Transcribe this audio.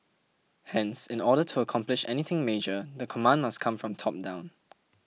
hence in order to accomplish anything major the command must come from the top down